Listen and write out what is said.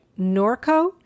Norco